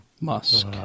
Musk